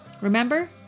Remember